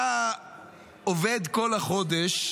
אתה עובד כל החודש,